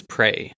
Prey